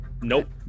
nope